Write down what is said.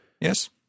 Yes